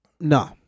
No